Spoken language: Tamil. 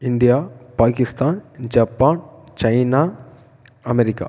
இந்தியா பாகிஸ்தான் ஜப்பான் சீனா அமெரிக்கா